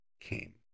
came